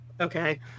Okay